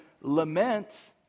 lament